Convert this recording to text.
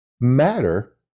matter